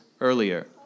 earlier